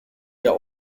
der